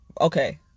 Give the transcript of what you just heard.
okay